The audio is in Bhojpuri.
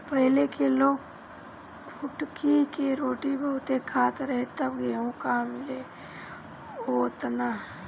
पहिले के लोग कुटकी के रोटी बहुते खात रहे तब गेहूं कहां मिले ओतना